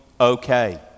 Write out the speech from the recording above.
okay